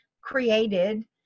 created